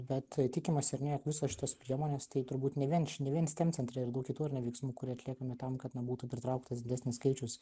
bet tikimasi ar ne jog visos šitos priemonės tai turbūt ne vien ne vien steam centre ir daug kitų veiksmų kurie atliekami tam kad na būtų pritrauktas didesnis skaičius